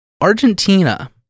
Argentina